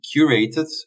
curated